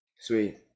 Sweet